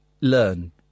learn